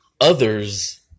others